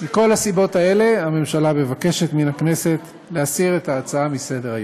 מכל הסיבות האלה הממשלה מבקשת מן הכנסת להסיר את ההצעה מסדר-היום.